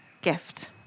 gift